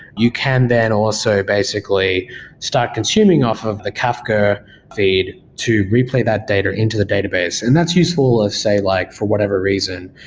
you can then also basically start consuming off of the kafka feed to replay that data into the database, and that's useful, say, like for whatever reason.